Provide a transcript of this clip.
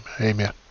Amen